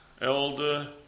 Elder